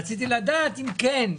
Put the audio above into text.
רציתי לדעת אם כן.